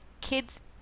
kids